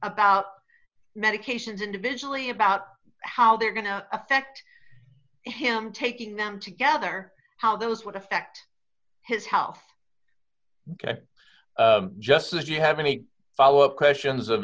about medications individually about how they're going to affect him taking them together how those would affect his health just as you have any follow up questions of